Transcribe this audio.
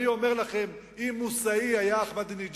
אני אומר לכם: אם מוסאווי היה אחמדינג'אד,